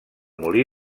molí